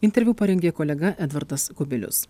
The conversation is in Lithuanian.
interviu parengė kolega edvardas kubilius